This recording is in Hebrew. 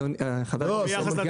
חבר הכנסת,